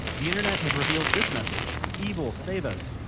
the internet has revealed this message, evil save us!